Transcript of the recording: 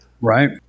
Right